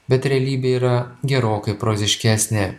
bet realybė yra gerokai proziškesnė